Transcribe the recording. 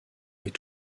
est